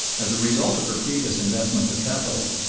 as a result of her previous investments of capital,